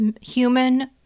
human